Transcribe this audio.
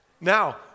Now